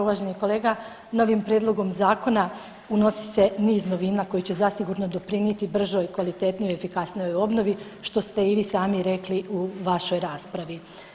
Uvaženi kolega novim prijedlogom zakona unosi se niz novina koji će zasigurno doprinijeti bržoj, kvalitetnijoj, efikasnijoj obnovi što ste i vi sami rekli u vašoj raspravi.